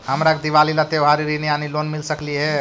हमरा के दिवाली ला त्योहारी ऋण यानी लोन मिल सकली हे?